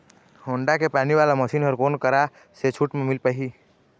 Honda के पानी वाला मशीन हर कोन करा से छूट म मिल पाही?